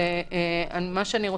החשש ממעורבות תחילית של הכנסת היה קיים